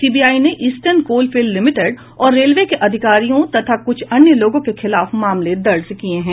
CBI ने Eastern Coalfields Limited और railway के अधिकारियों तथा कुछ अन्य लोगों के खिलाफ मामले दर्ज किए हैं